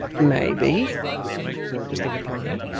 maybe, was the reply.